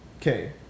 okay